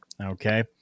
okay